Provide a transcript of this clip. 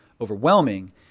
overwhelming